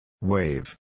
Wave